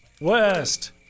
West